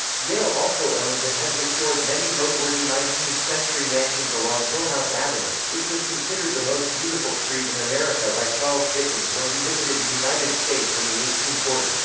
yale also owns and has restored many noteworthy nineteenth century mansions along hillhouse avenue, which was considered the most beautiful street in america by charles dickens when he visited the united states in the eighteen forty s.